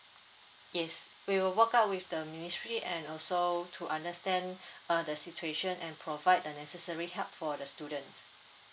yes we will work out with the ministry and also to understand uh the situation and provide the necessary help for the students